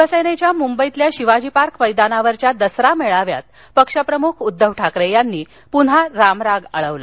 शिवसेनेच्या मुंबईतील शिवाजीपार्क मैदानावरच्या दसरा मेळाव्यात पक्षप्रमुख उद्दव ठाकरे यांनी पुन्हा रामराग आळवला